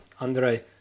Andrei